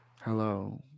Hello